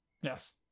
yes